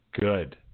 Good